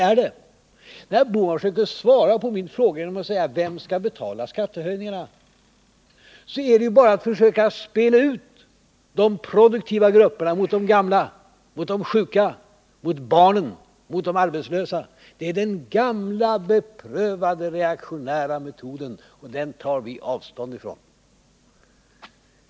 När herr Bohman prövade att svara på min fråga genom en hänvisning till vilka som skall betala skattehöjningarna var det bara ett försök att spela ut de produktiva grupperna mot de gamla, mot de sjuka, mot barnen och mot de arbetslösa. Det är den gamla beprövade reaktionära metoden, och den tar vi avstånd från.